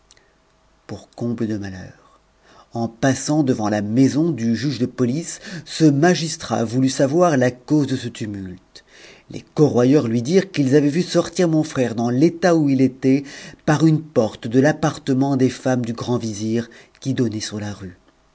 pour comble de malheur en passant devant la maison du juge de police ce magistrat voulut savoir la cause de ce tumulte les corroyeurs lui dirent qu'ils avaient vu sortir mon frère dans l'état où il était par une porte de l'appartement des femmes du grand vizir qui donnait sur la rue